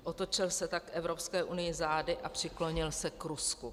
Otočil se tak k Evropské unii zády a přiklonil se k Rusku.